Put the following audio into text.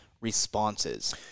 responses